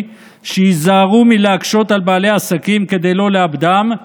שייזהרו מלהקשות על בעלי עסקים כדי לא לאבדם,